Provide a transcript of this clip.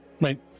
Right